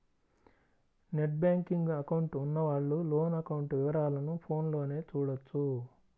net banking account ఉన్నవాళ్ళు loan account వివరాలను ఫోన్లోనే చూడొచ్చు